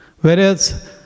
Whereas